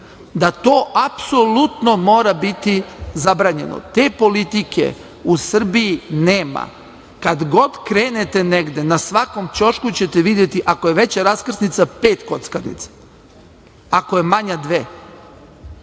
da to apsolutno mora biti zabranjeno. Te politike u Srbiji nema. Kad god krenete negde, na svakom ćošku ćete videti, ako je veća raskrsnica, pet kockarnica, a ako je manja, dve.